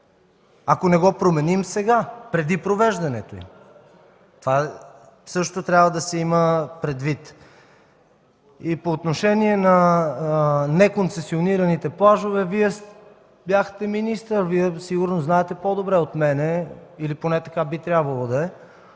ако не го променим сега, преди провеждането?! Това също трябва да се има предвид. По отношение на неконцесионираните плажове. Вие бяхте министър и сигурно знаете по-добре от мен или поне така би трябвало да е,